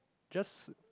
just